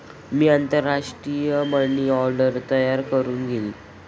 मी आंतरराष्ट्रीय money order तयार करुन घेईन